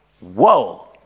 Whoa